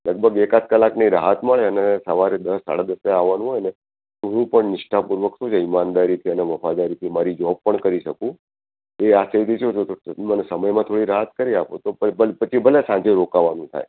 લગભગ એકાદ કલાકની રાહત મળે અને સવારે દસ સાડા દસે આવવાનું હોય ને તો હું પણ નિષ્ઠાપૂર્વક શું છે ઈમાનદારીથી અને વફાદારીથી મારી જોબ પણ કરી શકું એ આશયથી શું છે તો મને સમયમાં થોડી રાહત કરી આપો તો પ પછી ભલે સાંજે રોકાવાનું થાય